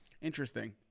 Interesting